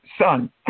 son